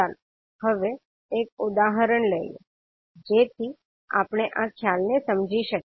ચાલો હવે એક ઉદાહરણ લઈએ જેથી આપણે આ ખ્યાલને સમજી શકીએ